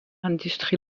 industrie